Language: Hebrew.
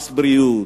מס בריאות,